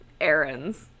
errands